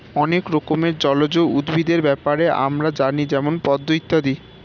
অনেক রকমের জলজ উদ্ভিদের ব্যাপারে আমরা জানি যেমন পদ্ম ইত্যাদি